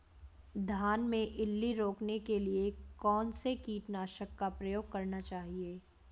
धान में इल्ली रोकने के लिए कौनसे कीटनाशक का प्रयोग करना चाहिए?